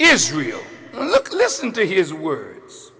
israel look listen to his words